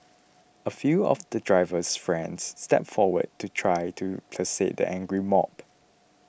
a few of the driver's friends stepped forward to try to placate the angry mob